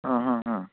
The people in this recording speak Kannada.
ಹಾಂ ಹಾಂ ಹಾಂ